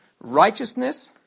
Righteousness